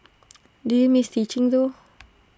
do you miss teaching though